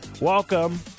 Welcome